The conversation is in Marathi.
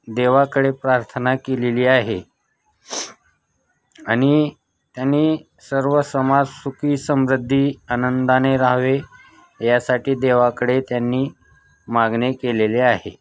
देवाकडे प्रार्थना केलेली आहे आणि त्यांनी सर्व समाज सुखी समृद्धी आनंदाने राहावे यासाठी देवाकडे त्यांनी मागणे केलेले आहे